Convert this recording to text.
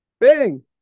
bing